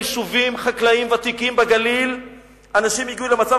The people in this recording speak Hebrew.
ביישובים חקלאיים ותיקים בגליל אנשים שהגיעו למצב